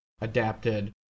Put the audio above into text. adapted